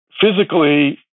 Physically